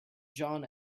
john